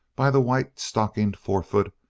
by the white-stockinged forefoot,